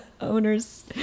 owners